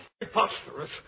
preposterous